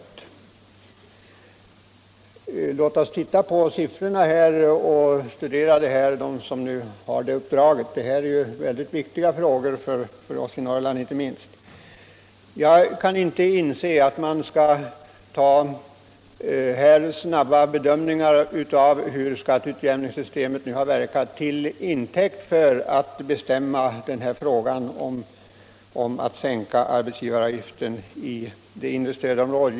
Låt oss ändå först titta på siffrorna, låt dem som har utredningsuppdraget studera dem närmare! Det här är väldigt viktiga frågor, inte minst för oss i Norrland. Jag kan inte inse att man bör ta snabba bedömningar av hur skatteutjämningssystemet har verkat till intäkt för ett beslut om att avstå från att sänka arbetsgivaravgiften i det inre stödområdet.